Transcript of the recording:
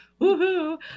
Woohoo